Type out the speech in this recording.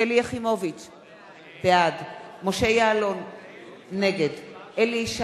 אני רק